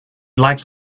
liked